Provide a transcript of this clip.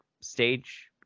stage